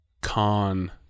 Con